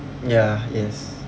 ya yes